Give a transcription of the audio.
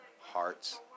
Hearts